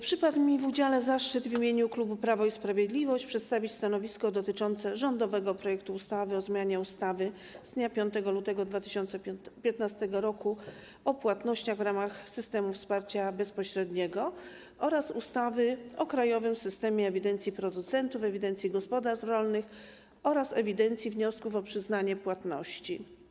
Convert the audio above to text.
Przypadł mi w udziale zaszczyt przedstawienia w imieniu klubu Prawo i Sprawiedliwość stanowiska dotyczącego rządowego projektu ustawy o zmianie ustawy z dnia 5 lutego 2015 r. o płatnościach w ramach systemów wsparcia bezpośredniego oraz ustawy o krajowym systemie ewidencji producentów, ewidencji gospodarstw rolnych oraz ewidencji wniosków o przyznanie płatności.